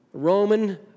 Roman